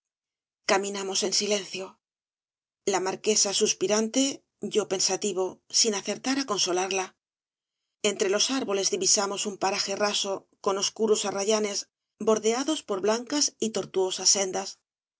caminamos en silencio la marquesa suspirante yo pensativo sin acertar á consolarla entre los árboles divisamos un paraje raso con oscuros arrayanes bordeados por blancas y tortuosas sendas